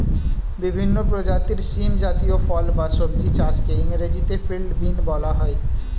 বিভিন্ন প্রজাতির শিম জাতীয় ফল বা সবজি চাষকে ইংরেজিতে ফিল্ড বিন বলা হয়